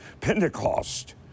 Pentecost